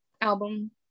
Album